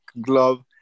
glove